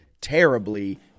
terribly